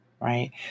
right